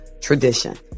tradition